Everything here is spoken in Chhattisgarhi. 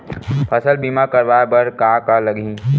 फसल बीमा करवाय बर का का लगही?